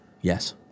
Yes